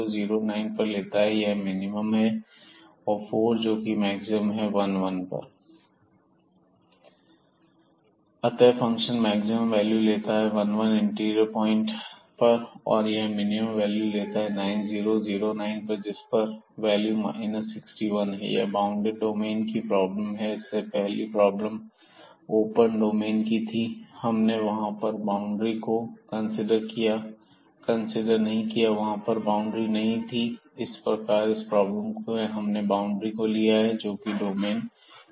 So the function takes maximum at the interior here at 1 1 point and it takes the minimum at 9 0 or 0 9 point which is the value is 61 So this was a problem with bounded domain the earlier problems were in the open domain So where we have not considered the boundary because there were no boundaries in the problem but this here we have to if there is a boundary the domain is closed अतः function maximum value लेता है 1 1 interior point पर और यह minimum value लेता है 9 0 या 0 9 पर जिस पर वैल्यू 61 है यह बॉउंडेड डोमेन की प्रॉब्लम है और इससे पहली प्रॉब्लम ओपन डोमेन की थी तो हमने वहां पर बाउंड्री को कंसीडर नहीं किया वहां पर बाउंड्री नहीं थी लेकिन इस प्रॉब्लम में हमने बाउंड्री को लिया है क्योंकि डोमेन क्लोज है